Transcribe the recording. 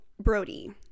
Brody